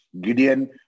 Gideon